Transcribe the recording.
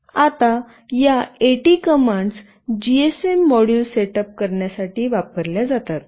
आता या AT commands GSM module set up करण्यासाठी वापरल्या जातात